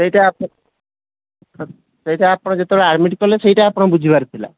ସେଇଟା ଆପଣ ସେଇଟା ଆପଣ ଯେତେବେଳେ ଆଡ଼୍ମିଟ୍ କଲେ ସେଇଟା ଆପଣ ବୁଝିିବାର ଥିଲା